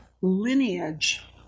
lineage